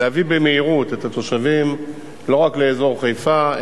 להביא במהירות את התושבים לא רק לאזור חיפה,